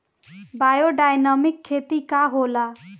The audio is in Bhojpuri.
बायोडायनमिक खेती का होला?